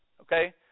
Okay